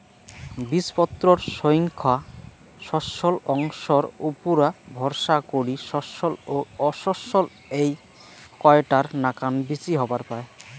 বীজপত্রর সইঙখা শস্যল অংশর উপুরা ভরসা করি শস্যল ও অশস্যল এ্যাই কয়টার নাকান বীচি হবার পায়